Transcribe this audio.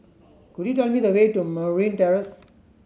could you tell me the way to Merryn Terrace